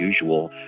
usual